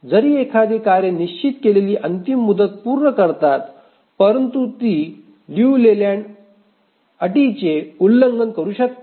जरी एखादी कार्ये निश्चित केलेली अंतिम मुदत पूर्ण करतात परंतु ती लियू लेलँड अटचे उल्लंघन करू शकते